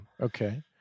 Okay